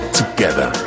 together